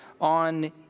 on